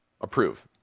approve